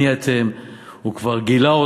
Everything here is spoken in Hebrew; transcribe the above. ראיתי גם את מה שכתב יוסי ורטר ביום שישי: